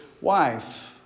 wife